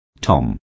Tom